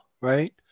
right